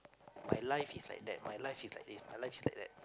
my life is like that my life is like this my life is like that